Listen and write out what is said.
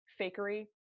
fakery